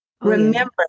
Remember